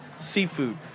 seafood